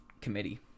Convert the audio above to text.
committee